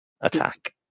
attack